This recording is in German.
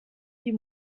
die